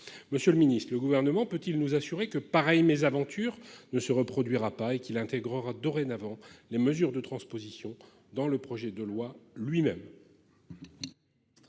Monsieur le Ministre, le gouvernement peut-il nous assurer que pareille mésaventure ne se reproduira pas et qu'il intégrera dorénavant les mesures de transposition dans le projet de loi lui-même.